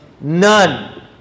None